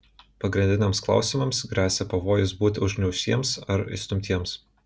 pagrindiniams klausimams gresia pavojus būti užgniaužtiems ar išstumtiems